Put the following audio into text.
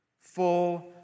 full